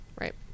Right